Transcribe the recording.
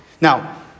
Now